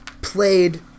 played